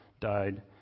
died